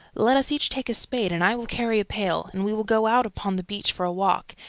let us each take a spade, and i will carry a pail, and we will go out upon the beach for a walk.